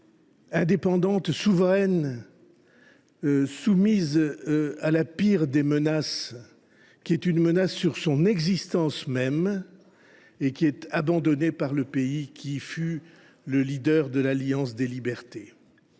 indépendante, souveraine, soumise à la pire des menaces, une menace sur son existence même, et qui est abandonnée par le pays qui fut le leader de l’alliance des libertés